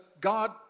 God